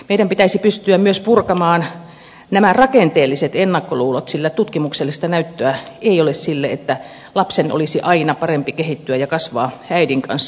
meidän pitäisi pystyä myös purkamaan nämä rakenteelliset ennakkoluulot sillä tutkimuksellista näyttöä ei ole sille että lapsen olisi aina parempi kehittyä ja kasvaa äidin kanssa